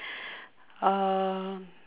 um